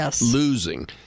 losing